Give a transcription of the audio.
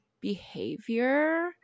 behavior